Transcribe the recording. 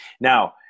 Now